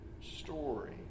story